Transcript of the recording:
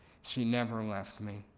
she never left me,